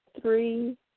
three